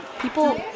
People